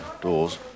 doors